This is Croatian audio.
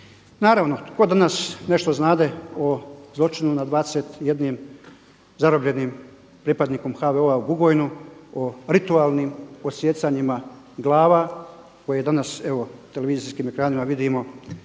Naravno tko danas nešto znade o zločinu nad 21 zarobljenim pripadnikom HVO-a u Bugojnu, o ritualnim odsjecanjima glava koje danas evo na televizijskim ekranima vidimo